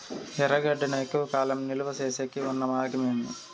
ఎర్రగడ్డ ను ఎక్కువగా కాలం నిలువ సేసేకి ఉన్న మార్గం ఏమి?